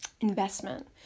investment